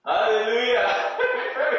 Hallelujah